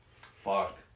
Fuck